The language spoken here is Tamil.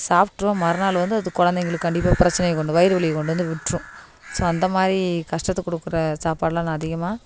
சாப்பிட்றோம் மறுநாள் வந்து அது கொழந்தைங்களுக்கு கண்டிப்பாக பிரச்சினைய கொண்டு வயிறு வலியை கொண்டு வந்து விட்டுரும் ஸோ அந்தமாதிரி கஷ்டத்தைக் கொடுக்குற சாப்பாடெலாம் நான் அதிகமாக